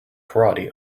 karate